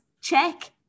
check